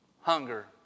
Hunger